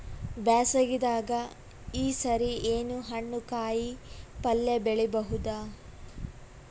ಬ್ಯಾಸಗಿ ದಾಗ ಈ ಸರಿ ಏನ್ ಹಣ್ಣು, ಕಾಯಿ ಪಲ್ಯ ಬೆಳಿ ಬಹುದ?